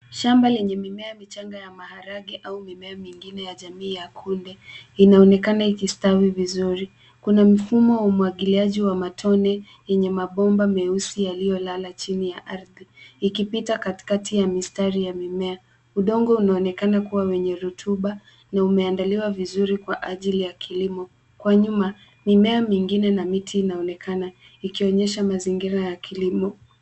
Shamba lenye mimea michanga ya maharagwe au mimea mingine ya jamii ya kunde, inaonekana ikistawi vizuri. Kuna mfumo wa umwagiliaji wa matone, yenye mabomba meusi yaliyolala chini ya ardhi, yakipita katikati ya mistari ya mimea. Udongo unaonekana kuwa wenye rutuba na umeandaliwa vizuri kwa ajili ya kilimo. Kwa nyuma mimea mingine na miti inaonekana, ikionyesha mazingira ya kilimo.